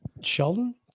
Sheldon